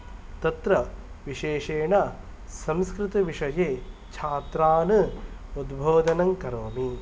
तत्र विशेषेण संस्कृतविषये छात्रान् उद्बोधनं करोमि